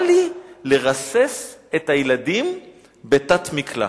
בא לי לרסס את הילדים בתת-מקלע.